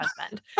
husband